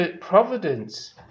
providence